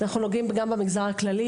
אנחנו נוגעים גם במגזר הכללי,